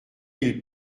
ils